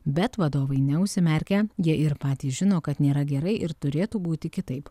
bet vadovai neužsimerkia jie ir patys žino kad nėra gerai ir turėtų būti kitaip